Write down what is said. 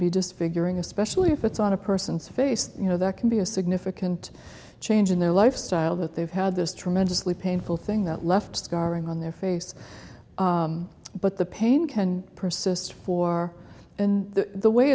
be disfiguring especially if it's on a person's face you know that can be a significant change in their lifestyle that they've had this tremendously painful thing that left scarring on their face but the pain can persist for and the way